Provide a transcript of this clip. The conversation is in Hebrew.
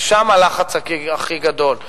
ושם הלחץ הכי גדול.